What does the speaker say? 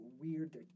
weird